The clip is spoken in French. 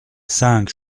cinq